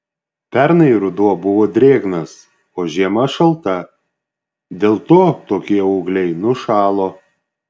pernai ruduo buvo drėgnas o žiema šalta dėl to tokie ūgliai nušalo